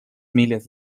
miles